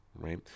right